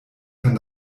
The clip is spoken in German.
kann